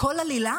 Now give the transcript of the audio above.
הכול עלילה?